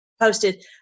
posted